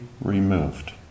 Removed